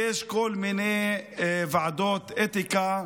יש כל מיני ועדות אתיקה,